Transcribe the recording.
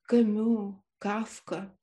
kamiu kafka